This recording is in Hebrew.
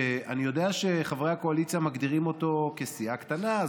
שאני יודע שחברי הקואליציה מגדירים אותו כחבר סיעה קטנה,